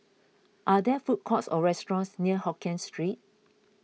are there food courts or restaurants near Hokkien Street